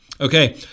Okay